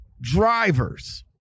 drivers